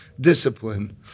discipline